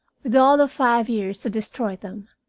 with all of five years to destroy them,